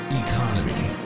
economy